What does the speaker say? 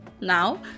Now